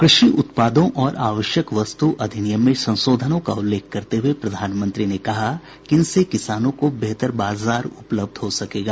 कृषि उत्पादों और आवश्यक वस्तु अधिनियम में संशोधनों का उल्लेख करते हुए प्रधानमंत्री ने कहा कि इनसे किसानों को बेहतर बाजार उपलब्ध हो सकेगा